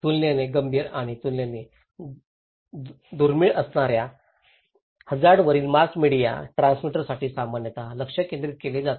तुलनेने गंभीर आणि तुलनेने दुर्मिळ असणार्या हझार्डंवरील मास मीडिया ट्रान्समीटरसाठी सामान्यत लक्ष केंद्रित केले जाते